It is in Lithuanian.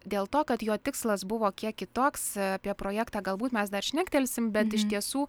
dėl to kad jo tikslas buvo kiek kitoks apie projektą galbūt mes dar šnektelsim bet iš tiesų